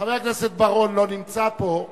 חבר הכנסת בר-און לא נמצא פה,